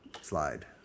slide